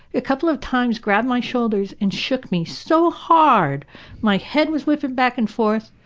a couple of times grabbed my shoulders and shook me so hard my head was whipping back and forth,